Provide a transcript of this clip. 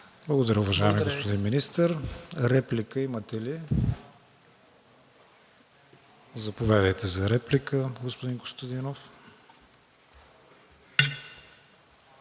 Благодаря, уважаеми господин Министър. Реплика имате ли? Заповядайте за реплика, господин Костадинов.